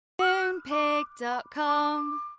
Moonpig.com